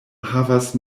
havas